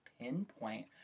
pinpoint